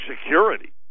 Security